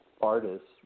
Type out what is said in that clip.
artists